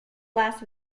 last